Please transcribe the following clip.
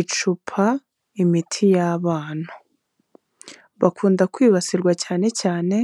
Icupa imiti y'abana bakunda kwibasirwa cyane cyane